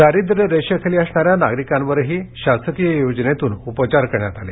दारिद्य सेलेखाली असणाऱ्या नागरिकांवरही शासकीय योजनेतून उपचार करण्यात आले